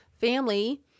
family